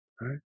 Right